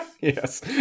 Yes